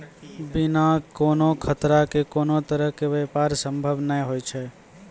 बिना कोनो खतरा के कोनो तरहो के व्यापार संभव नै होय छै